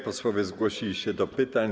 Posłowie zgłosili się do pytań.